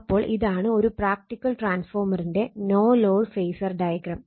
അപ്പോൾ ഇതാണ് ഒരു പ്രാക്ടിക്കൽ ട്രാൻസ്ഫോർമറിന്റെ നോ ലോഡ് ഫേസർ ഡയഗ്രം